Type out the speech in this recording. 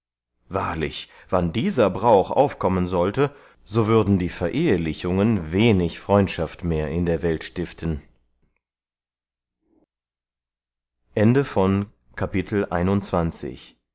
wahrlich wann dieser brauch aufkommen sollte so würden die verehlichungen wenig freundschaft mehr in der welt stiften